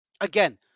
Again